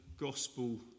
gospel